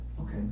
Okay